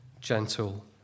gentle